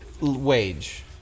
wage